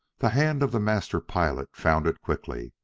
the hand of the master-pilot found it quickly.